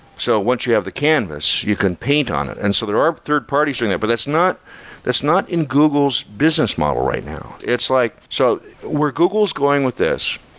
so once you have the canvas, you can paint on it. and so there are third parties doing that, but that's not that's not in google's business model right now. it's like so where google is going with this,